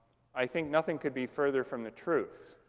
i think nothing could be further from the truth.